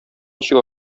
ничек